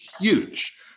huge